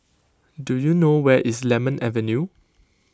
do you know where is Lemon Avenue